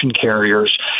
carriers